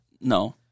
No